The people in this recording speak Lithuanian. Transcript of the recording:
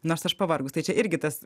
nors aš pavargus tai čia irgi tas